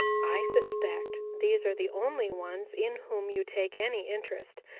i suspect these are the only ones in whom you take any interest,